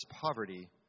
poverty